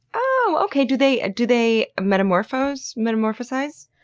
oh, okay. do they ah do they metamorphose metamorphosize?